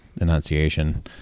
enunciation